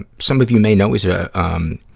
ah some of you may know, he's a, um,